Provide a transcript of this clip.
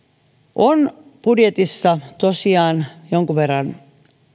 budjetissa on tosiaan jonkin verran